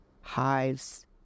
hives